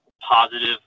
positive